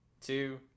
two